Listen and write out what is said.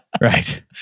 Right